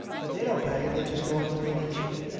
but they don't pay and they just go on to the next year.